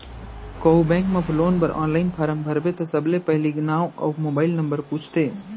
कोहूँ बेंक म लोन बर आनलाइन फारम भरबे त सबले पहिली नांव अउ मोबाइल नंबर पूछथे